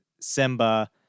Simba